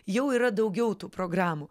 jau yra daugiau tų programų